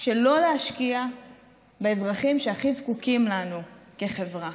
שלא להשקיע באזרחים שהכי זקוקים לנו כחברה.